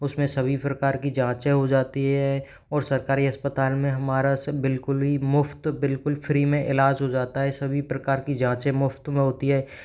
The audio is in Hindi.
उसमें सभी प्रकार की जांचें हो जाती है और सरकारी अस्पताल मे हमारा से बिल्कुल ही मुफ्त बिल्कुल फ्री में इलाज हो जाता है सभी प्रकार की जांचें मुफ्त में होती है